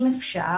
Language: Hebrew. אם אפשר,